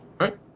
right